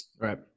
Right